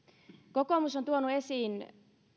kokoomus on tuonut esiin